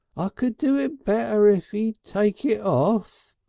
i could do it better if e'd take it off.